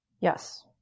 Yes